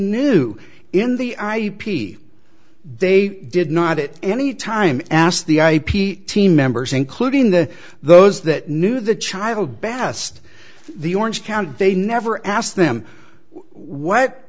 knew in the ip they did not it any time asked the ip team members including the those that knew the child bast the orange county they never asked them what